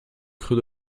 creux